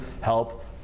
help